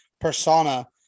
persona –